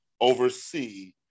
oversee